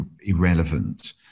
irrelevant